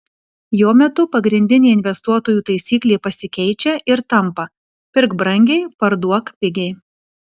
jo metu pagrindinė investuotojų taisyklė pasikeičia ir tampa pirk brangiai parduok pigiai